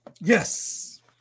Yes